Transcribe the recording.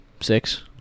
six